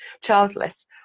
childless